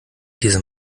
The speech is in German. dieser